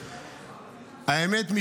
האמת,